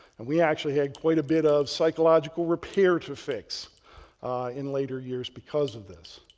and we actually had quite a bit of psychological repair to fix in later years because of this.